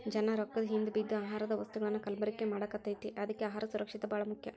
ಜನಾ ರೊಕ್ಕದ ಹಿಂದ ಬಿದ್ದ ಆಹಾರದ ವಸ್ತುಗಳನ್ನಾ ಕಲಬೆರಕೆ ಮಾಡಾಕತೈತಿ ಅದ್ಕೆ ಅಹಾರ ಸುರಕ್ಷಿತ ಬಾಳ ಮುಖ್ಯ